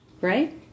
Right